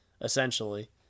essentially